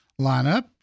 lineup